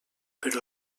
però